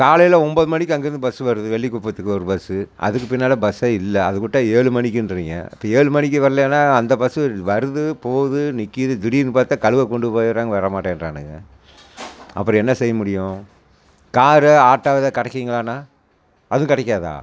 ஒம்பது மணிக்கு அங்கேருந்து பஸ் வருது வெள்ளிக்குப்பத்துக்கு ஒரு பஸ்ஸு அதுக்கு பின்னால் பஸ்ஸே இல்ல அதவிட்டா ஏழு மணிக்கின்றீங்க இப்போ ஏழு மணிக்கு வரல்லேன்னா அந்த பஸ்ஸு வருது போகுது நிற்கிது திடீர்ன்னு பார்த்தா கழுவக் கொண்டு போயிடுறாங்க வரமாட்டேன்றானுங்க அப்பறம் என்ன செய்ய முடியும் காரு ஆட்டோ எதாது கிடைக்குங்களாண்ணா அதுவும் கிடைக்காதா